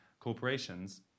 corporations